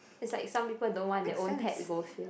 it's like some people don't want their own pet goldfish